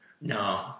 No